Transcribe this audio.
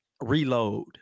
reload